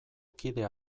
kide